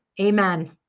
Amen